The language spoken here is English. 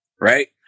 right